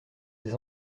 des